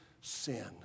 sin